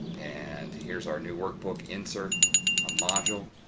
and here's our new workbook, insert a module,